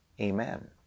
Amen